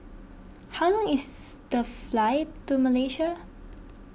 how long is the flight to Malaysia